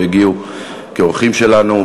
שהגיעו כאורחים שלנו.